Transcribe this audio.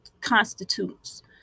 constitutes